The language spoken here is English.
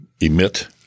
emit